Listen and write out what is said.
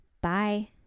Bye